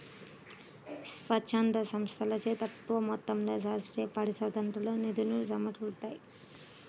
స్వచ్ఛంద సంస్థలచే తక్కువ మొత్తంలో శాస్త్రీయ పరిశోధనకు నిధులు సమకూరుతాయి